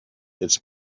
its